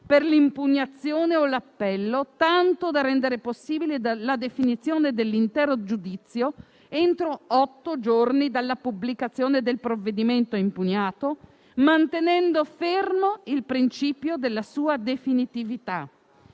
per l'impugnazione o l'appello, tanto da rendere possibile la definizione dell'intero giudizio entro otto giorni dalla pubblicazione del provvedimento impugnato, mantenendo fermo il principio della sua definitività.